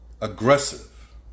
aggressive